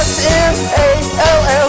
S-M-A-L-L